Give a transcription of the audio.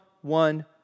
one